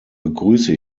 begrüße